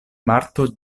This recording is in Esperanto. marto